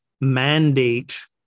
mandate